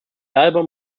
album